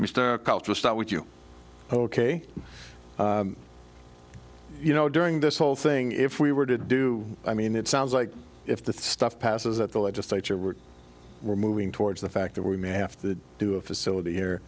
with you oh ok you know during this whole thing if we were to do i mean it sounds like if the stuff passes at the legislature we're we're moving towards the fact that we may have to do a facility here